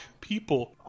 people